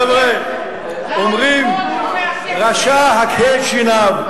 המלה האחרונה, חבר'ה, אומרים: רשע, הקהה את שיניו.